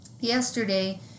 yesterday